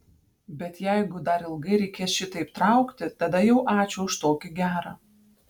bet jeigu dar ilgai reikės šitaip traukti tada jau ačiū už tokį gerą